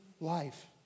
life